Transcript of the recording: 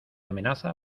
amenaza